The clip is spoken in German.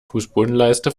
fußbodenleiste